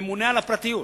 ממונה על הפרטיות,